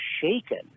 shaken